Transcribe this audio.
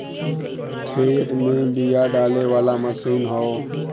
खेत में बिया डाले वाला मशीन हौ